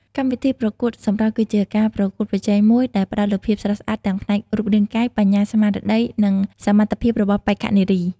កម្មវិធីប្រកួតសម្រស់គឺជាការប្រកួតប្រជែងមួយដែលផ្តោតលើភាពស្រស់ស្អាតទាំងផ្នែករូបរាងកាយ បញ្ញាស្មារតី និងសមត្ថភាពរបស់បេក្ខនារី។